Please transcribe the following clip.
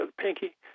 pinky